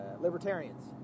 libertarians